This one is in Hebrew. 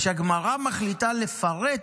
כשהגמרא מחליטה לפרט